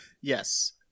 Yes